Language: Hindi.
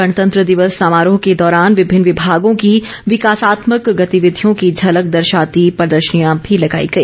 गणतंत्र दिवस समारोह के दौरान विभिन्न विभागों की विकासात्मक गतिविधियों की झलक दर्शाती प्रर्दशनियां भी लगाई गई